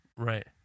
right